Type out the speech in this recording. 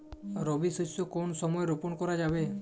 রবি শস্য কোন সময় রোপন করা যাবে?